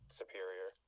superior